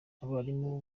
abarimu